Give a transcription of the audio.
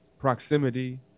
proximity